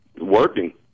Working